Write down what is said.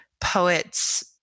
poets